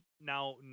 now